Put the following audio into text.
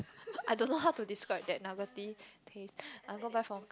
I don't know how to describe that nugget ~ty taste I'll go buy for